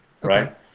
right